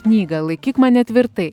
knygą laikyk mane tvirtai